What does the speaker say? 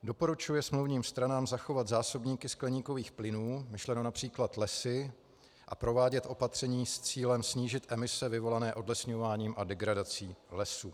Doporučuje smluvním stranám zachovávat zásobníky skleníkových plynů, myšleno např. lesy, a provádět opatření s cílem snížit emise vyvolané odlesňováním a degradací lesů.